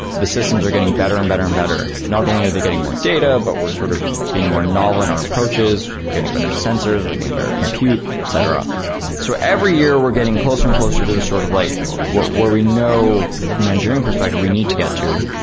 the systems are getting better and better and better. not only are they getting more data, but we're sort of being more novel in our approaches, we're getting better sensors, we're getting better compute, etc so every year, we're getting closer and closer to this sort of like where we know from an engineering perspective we need to get to.